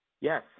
Yes